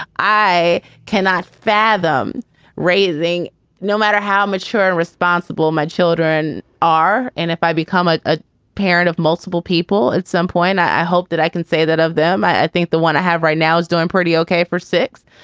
i cannot fathom raising no matter how mature and responsible my children are. and if i become a ah parent of multiple people at some point, i hope that i can say that of them. i think the one i have right now is doing pretty ok for six.